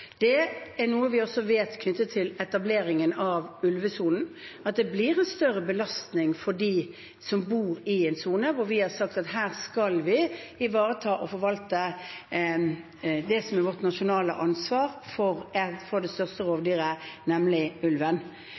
Det er noe vi også vet knyttet til etableringen av ulvesonen, at det blir en større belastning for dem som bor i en sone hvor vi har sagt at her skal vi ivareta og forvalte det som er vårt nasjonale ansvar for det største rovdyret, nemlig ulven.